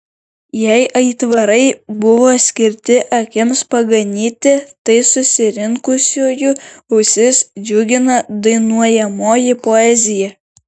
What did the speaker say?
jei aitvarai buvo skirti akims paganyti tai susirinkusiųjų ausis džiugina dainuojamoji poezija